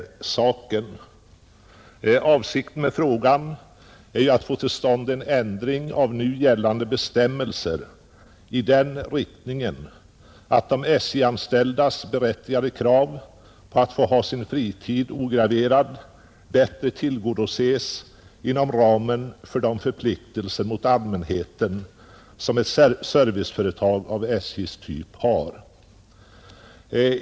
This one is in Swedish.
Avsikten med min fråga har varit att i gällande bestämmelser få till stånd en ändring i den riktningen att de SJ-anställdas berättigade krav att få ha sin fritid ograverad bättre tillgodoses inom ramen för de förpliktelser mot allmänheten som ett serviceföretag av SJ:s typ har.